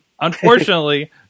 Unfortunately